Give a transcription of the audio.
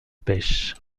pêche